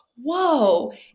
Whoa